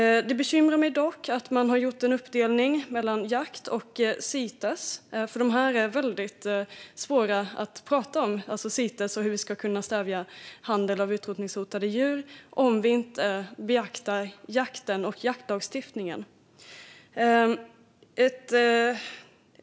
Det bekymrar mig dock att det har gjorts en uppdelning mellan jakt och Cites, för det är väldigt svårt att prata om Cites och hur vi ska kunna stävja handeln med utrotningshotade djur om vi inte beaktar jakten och jaktlagstiftningen.